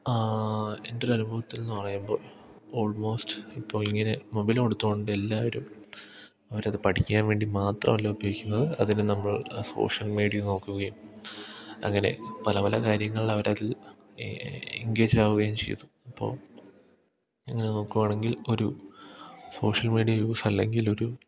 എൻ്റെയൊരനുഭവത്തിൽനിന്നു പറയുമ്പോള് ഓൾമോസ്റ്റ് ഇപ്പോള് ഇങ്ങനെ മൊബൈല് കൊടുത്തതുകൊണ്ട് എല്ലാവരും അവരതു പഠിക്കാൻവേണ്ടി മാത്രമല്ല ഉപയോഗിക്കുന്നത് അതില് നമ്മൾ സോഷ്യൽ മീഡിയ നോക്കുകയും അങ്ങനെ പല പല കാര്യങ്ങൾ അവരതിൽ എൻഗേജ് ആവുകയും ചെയ്തു അപ്പോള് ഇങ്ങനെ നോക്കുകയാണെങ്കിൽ ഒരു സോഷ്യൽ മീഡിയ യൂസ് അല്ലെങ്കിൽ ഒരു